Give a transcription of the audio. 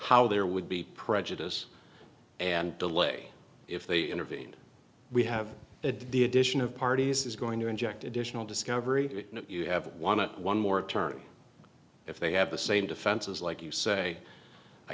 how there would be prejudice and delay if they intervened we have had the addition of parties is going to inject additional discovery you have one to one more attorney if they have the same defenses like you say i